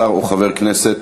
שר או חבר הכנסת